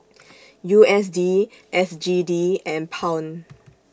U S D S G D and Pound